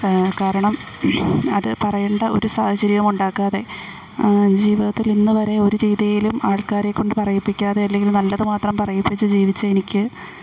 കാരണം അതു പറയേണ്ട ഒരു സാഹചര്യവും ഉണ്ടാക്കാതെ ജീവിതത്തിൽ ഇന്നു വരെ ഒരു രീതിയിലും ആൾക്കാരെക്കൊണ്ടു പറയിപ്പിക്കാതെ അല്ലങ്കിൽ നല്ലതു മാത്രം പറയിപ്പിച്ചു ജീവിച്ച എനിക്ക്